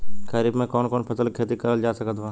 खरीफ मे कौन कौन फसल के खेती करल जा सकत बा?